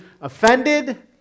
offended